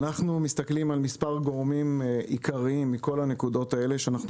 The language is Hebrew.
אנחנו מסתכלים על מספר גורמים עיקריים מכל הנקודות האלה שאנחנו